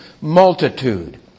multitude